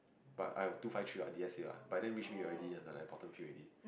but I were two five three what D_S_A what but then which me already in like the bottom few already